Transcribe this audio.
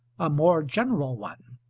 a more general one,